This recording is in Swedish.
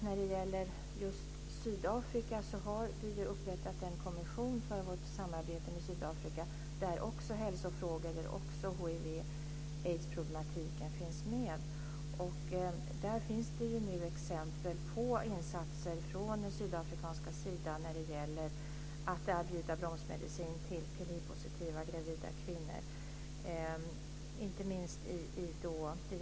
När det gäller frågan om gravida kvinnor har vi upprättat en kommission för vårt samarbete med Sydafrika där också hälsofrågor och hiv/aidsproblematiken finns med. Där finns det nu exempel på insatser från den sydafrikanska sidan för att erbjuda bromsmedicin till hivpositiva gravida kvinnor.